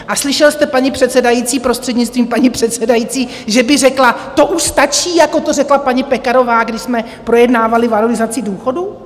A slyšel jste paní předsedající, prostřednictvím paní předsedající, že by řekla: To už stačí, jako to řekla paní Pekarová, když jsme projednávali valorizaci důchodů?